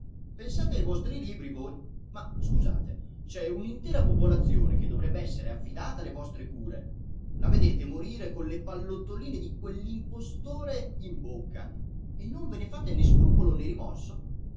pensate ai vostri libri voi ma scusate c'è un'intera popolazione che dovrebb'essere affidata alle vostre cure la vedete morire con le pallottoline di quell'impostore in bocca e non ve ne fate né scrupolo né rimorso